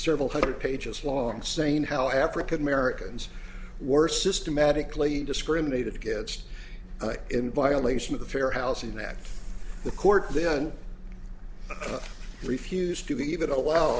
several hundred pages long saying how african americans were systematically discriminated against in violation of the fair housing act the court then refused to even allow